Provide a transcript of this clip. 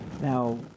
now